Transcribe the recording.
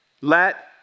let